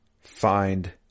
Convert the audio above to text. find